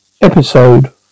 Episode